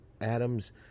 Adams